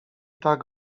tak